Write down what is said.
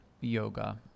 yoga